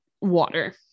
water